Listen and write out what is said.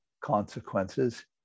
consequences